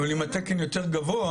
אבל אם התקן יותר גבוה,